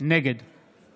נגד